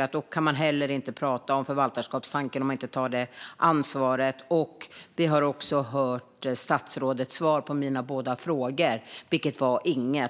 jag inte att man kan prata om förvaltarskapstanken, om man inte tar det ansvaret. Vi har också hört statsrådets svar på mina båda frågor, vilket var inget.